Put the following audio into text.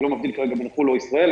אני לא מבדיל כרגע בין חו"ל או ישראל.